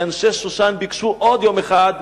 כי אנשי שושן ביקשו עוד יום אחד,